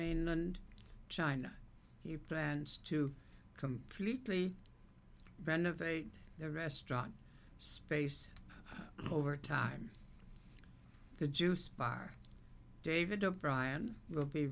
mainland china he plans to completely renovate the restaurant space over time the juice bar david o'brian will be